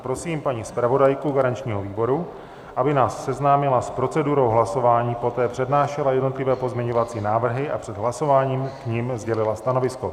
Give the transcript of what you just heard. Prosím paní zpravodajku garančního výboru, aby nás seznámila s procedurou hlasování, poté přednášela jednotlivé pozměňovací návrhy a před hlasování k nim sdělila stanovisko.